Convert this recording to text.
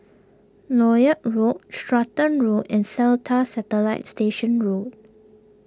Lloyd Road Stratton Road and Seletar Satellite Station Road